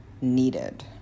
needed